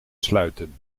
sluiten